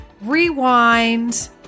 rewind